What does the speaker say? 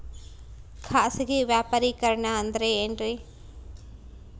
ಖಾಸಗಿ ವ್ಯಾಪಾರಿಕರಣ ಅಂದರೆ ಏನ್ರಿ?